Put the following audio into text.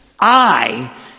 I